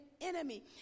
enemy